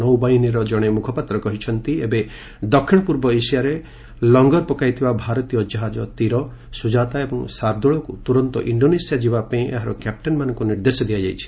ନୌବାହିନୀର ଜଣେ ମୁଖପାତ୍ର କହିଛନ୍ତି ଏବେ ଦକ୍ଷିଣ ପୂର୍ବ ଏସିଆରେ ଲଙ୍ଗର ପକାଇଥିବା ଭାରତୀୟ କାହାଜ 'ତୀର' 'ସୁଜାତା' ଏବଂ 'ଶାର୍ଦ୍ଦୁଳ'କୁ ତୁରନ୍ତ ଇଷୋନେସିଆ ଯିବାପାଇଁ ଏହାର କ୍ୟାପ୍ଟେନ୍ମାନଙ୍କୁ ନିର୍ଦ୍ଦେଶ ଦିଆଯାଇଛି